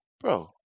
Bro